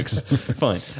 Fine